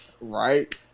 Right